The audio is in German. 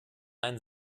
ein